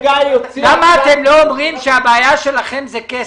למה אתם לא אומרים שהבעיה שלכם היא כסף?